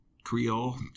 Creole